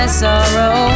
sorrow